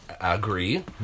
agree